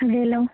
അതേ അല്ലോ